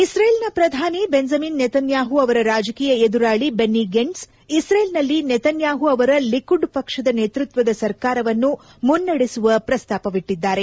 ಇಸ್ರೇಲ್ನ ಪ್ರಧಾನಿ Benjamin Netanyahu ಅವರ ರಾಜಕೀಯ ಎದುರಾಳಿ ಬೆನ್ನಿ ಗೆಂಟ್ಸ್ ಇಸ್ರೇಲ್ನಲ್ಲಿ ನೇತ್ನ್ಯಾಹು ಅವರ ಲಿಕುಡ್ ಪಕ್ಷದ ನೇತೃತ್ವದ ಸರ್ಕಾರವನ್ನು ಮುನ್ನಡೆಸುವ ಪ್ರಸ್ತಾಪವಿಟ್ಟಿದ್ದಾರೆ